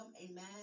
amen